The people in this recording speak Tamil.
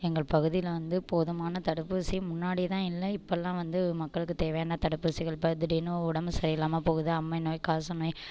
எங்கள் பகுதியில வந்து போதுமான தடுப்பூசி முன்னாடி தான் இல்லை இப்போலான் வந்து மக்களுக்கு தேவையான தடுப்பூசிகள் இப்போ திடீர்ன்னு உடம்பு சரியில்லாமல் போகுது அம்மை நோய் காச நோய்